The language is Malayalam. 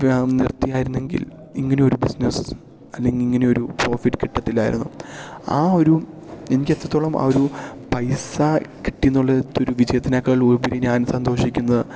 നിർത്തിയായിരുന്നെങ്കിൽ ഇങ്ങനൊരു ബിസിനസ്സ് അല്ലെങ്കിൽ ഇങ്ങനെയൊരു പ്രോഫിറ്റ് കിട്ടത്തില്ലായിരുന്നു ആ ഒരു എനിക്ക് എത്രത്തോളം ആ ഒരു പൈസ കിട്ടീന്നുള്ളേത്തൊരു വിജയത്തിനേക്കാളുപരി ഞാൻ സന്തോഷിക്കുന്നത്